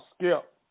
Skip